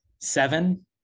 seven